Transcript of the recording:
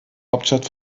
hauptstadt